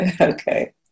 Okay